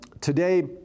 Today